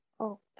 Okay